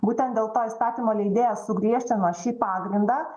būtent dėl to įstatymo leidėjas sugriežtino šį pagrindą